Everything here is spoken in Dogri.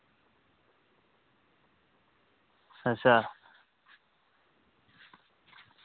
अच्छा